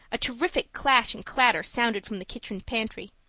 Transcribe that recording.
a terrific crash and clatter sounded from the kitchen pantry.